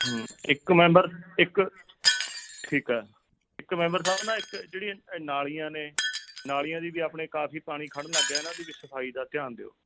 ਇੱਕ ਮੈਂਬਰ ਇੱਕ ਠੀਕ ਆ ਇੱਕ ਮੈਂਬਰ ਸਾਹਿਬ ਨਾ ਇੱਕ ਜਿਹੜੀ ਨਾਲੀਆਂ ਨੇ ਨਾਲੀਆਂ ਦੀ ਵੀ ਆਪਣੇ ਕਾਫੀ ਪਾਣੀ ਖੜ੍ਹਨ ਲੱਗ ਗਿਆ ਇਹਨਾਂ ਦੀ ਵੀ ਸਫਾਈ ਦਾ ਧਿਆਨ ਦਿਉ